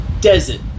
desert